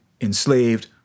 enslaved